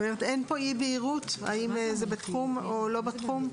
אין פה אי בהירות האם זה בתחום או לא בתחום?